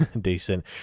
Decent